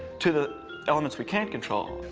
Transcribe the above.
to the elements we can't control.